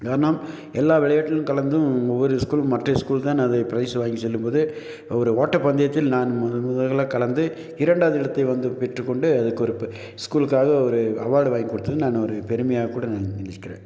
யாருன்னால் எல்லா விளையாட்டிலும் கலந்தும் ஒவ்வொரு ஸ்கூல் மற்றய ஸ்கூல் தான் அது ப்ரைஸ் வாங்கி செல்லும் போது ஒரு ஓட்டப்பந்தயத்தில் நான் முதல் முதலில் கலந்து இரண்டாவது இடத்தை வந்து பெற்றுக்கொண்டு அதுக்கு ஒரு ஸ்கூலுக்காக ஒரு அவார்டு வாங்கி கொடுத்தது நான் ஒரு பெருமையாக கூட நினை நினைக்கிறேன்